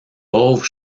pauvre